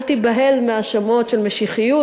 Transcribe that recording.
אל תיבהל מהאשמות של משיחיות,